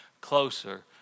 closer